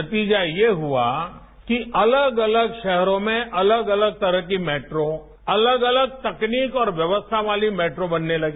नतीजा ये हुआ कि अलग अलग शहरों में अलग अलग तरह की मेट्रो अलग अलग तकनीक और व्यवस्था वाली मेट्रो बनने लगी